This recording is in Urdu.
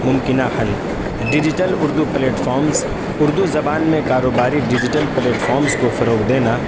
ممکنہ حل digital Urdu platforms Urdu زبان میں کاروباری ڈیجیٹل پیلٹفامس کو فروغ دینا